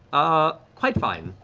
ah, quite fine.